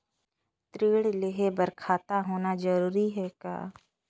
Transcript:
ऋण लेहे बर खाता होना जरूरी ह का?